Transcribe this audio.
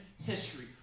history